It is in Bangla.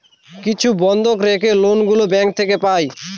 কিছু বন্ধক রেখে লোন গুলো ব্যাঙ্ক থেকে পাই